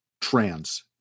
trans